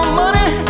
money